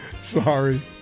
Sorry